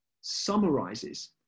summarizes